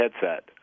headset